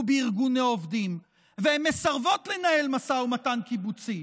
בארגוני עובדים והן מסרבות לנהל משא ומתן קיבוצי.